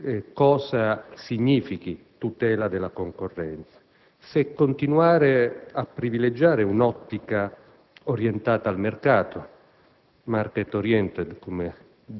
discutere di cosa significhi tutela della concorrenza: se continuare a privilegiare un'ottica orientata al mercato,